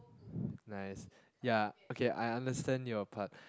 nice ya okay I understand your part